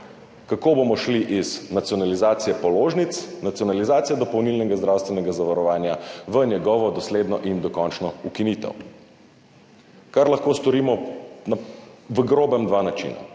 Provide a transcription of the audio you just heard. kako bomo šli iz nacionalizacije položnic, nacionalizacije dopolnilnega zdravstvenega zavarovanja v njegovo dosledno in dokončno ukinitev. Kar lahko storimo v grobem na dva načina.